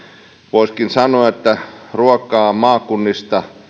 voisikin sanoa että ruokaa maakunnista